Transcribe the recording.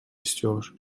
istiyor